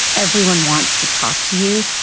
everyone wants to talk to you.